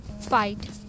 fight